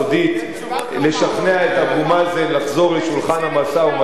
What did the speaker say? לשכנע את אבו מאזן לחזור לשולחן המשא-ומתן,